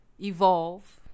evolve